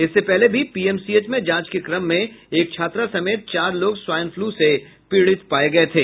इससे पहले भी पीएमसीएच में जांच के क्रम में एक छात्रा समेत चार लोग स्वाईन फ्लू से पीड़ित पाये गये थे